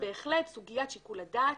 בהחלט סוגיית שיקול הדעת,